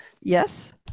yes